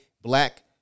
black